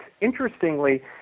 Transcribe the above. Interestingly